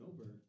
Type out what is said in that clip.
over